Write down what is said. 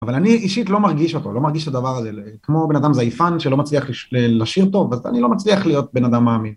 אבל אני אישית לא מרגיש אותו, לא מרגיש את הדבר הזה, כמו בן אדם זייפן שלא מצליח לשיר טוב, אז אני לא מצליח להיות בן אדם מאמין.